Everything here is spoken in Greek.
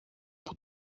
που